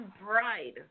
bride